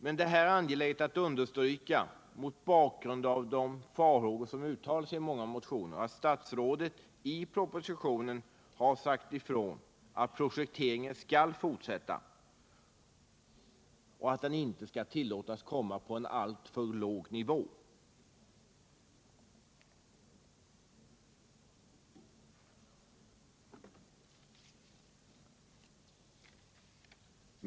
Detta är angeläget att understryka mot bakgrund av de farhågor som uttalats i många motioner på grund av att statsrådet i propositionen har sagt ifrån att prospekteringen skall fortsätta och att den inte skall tillåtas ligga på en alltför låg nivå.